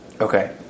Okay